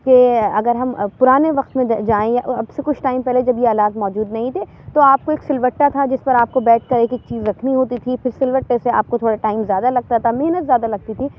کہ اگر ہم پرانے وقت میں جائیں اب سے کچھ ٹائم پہلے جب یہ آلات موجود نہیں تھے تو آپ کو ایک سل بٹا تھا جس پر آپ کو بیٹھ کر ایک ایک چیز رکھنی ہوتی تھی پھر سل بٹے سے آپ کو تھوڑا ٹائم زیادہ لگتا تھا محنت زیادہ لگتی تھی